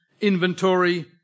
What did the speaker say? inventory